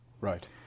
Right